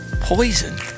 Poison